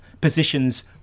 positions